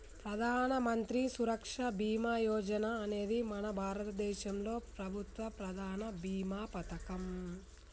ప్రధానమంత్రి సురక్ష బీమా యోజన అనేది మన భారతదేశంలో ప్రభుత్వ ప్రధాన భీమా పథకం